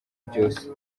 byose